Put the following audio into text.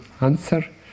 answer